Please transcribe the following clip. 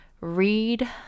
read